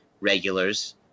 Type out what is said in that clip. regulars